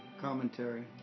commentary